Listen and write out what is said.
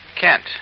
Kent